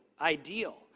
Ideal